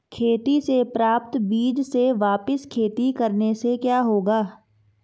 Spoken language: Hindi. खेती से प्राप्त बीज से वापिस खेती करने से क्या होगा?